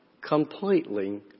completely